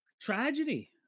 tragedy